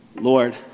Lord